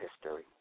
history